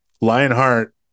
lionheart